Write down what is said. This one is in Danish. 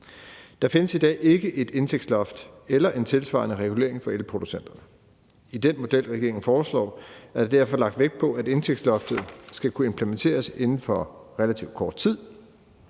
Der findes i dag ikke et indtægtsloft eller en tilsvarende regulering for elproducenterne. I den model, regeringen foreslår, er der derfor lagt vægt på, at indtægtsloftet skal kunne implementeres inden for relativt kort tid,